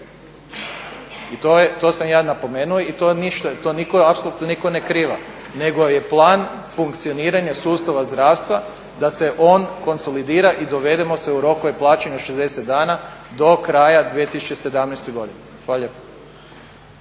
To sam ja napomenuo i to apsolutno niko ne skriva, nego je plan funkcioniranja sustava zdravstva da se on konsolidira i dovedemo se u rokove plaćanja od 60 dana do kraja 2017. Hvala